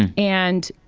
and,